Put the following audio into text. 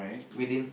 within